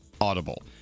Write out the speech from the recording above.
Audible